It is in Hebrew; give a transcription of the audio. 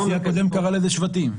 הנשיא הקודם קרא לזה שבטים.